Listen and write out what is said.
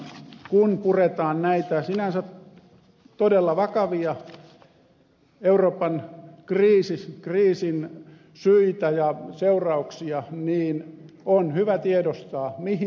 kun puretaan näitä sinänsä todella vakavia euroopan kriisin syitä ja seurauksia niin on hyvä tiedostaa mihin se johtaa